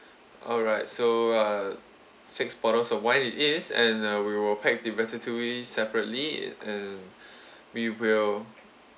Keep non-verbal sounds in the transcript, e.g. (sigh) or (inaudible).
(breath) alright so uh six bottles of wine it is and uh we will pack the ratatouille separately and (breath) we will